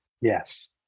Yes